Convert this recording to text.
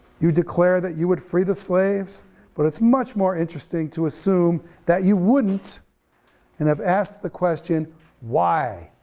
you declare that you would free the slaves but it's much more interesting to assume that you wouldn't and have asked the question why,